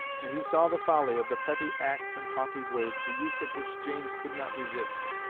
and he saw the folly of the petty acts and haughty words, the use of which james could not resist.